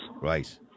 Right